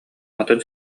атын